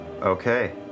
Okay